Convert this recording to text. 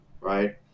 right